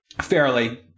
Fairly